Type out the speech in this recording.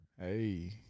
Hey